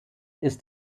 ist